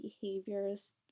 behaviors